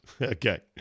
okay